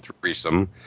threesome